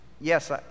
yes